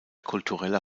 kultureller